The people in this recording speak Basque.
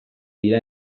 dira